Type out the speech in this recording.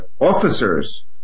officers